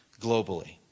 globally